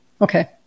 Okay